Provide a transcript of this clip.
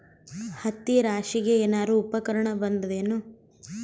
ಹತ್ತಿ ರಾಶಿಗಿ ಏನಾರು ಉಪಕರಣ ಬಂದದ ಏನು?